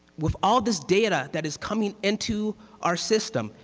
with all this data that is coming into our system,